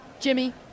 Jimmy